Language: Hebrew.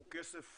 זה כסף